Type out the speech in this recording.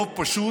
ברוב פשוט,